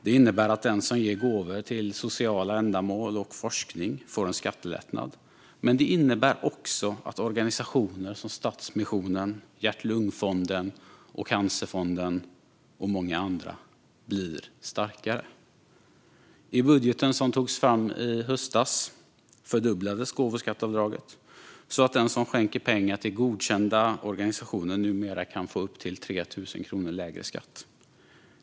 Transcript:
Det innebär att den som ger gåvor till sociala ändamål och forskning får en skattelättnad, men det innebär också att organisationer som Stadsmissionen, Hjärt-Lungfonden, Cancerfonden och många andra blir starkare. I den budget som togs fram i höstas fördubblades gåvoskatteavdraget så att den som skänker pengar till godkända organisationer numera kan få upp till 3 000 kronor lägre skatt.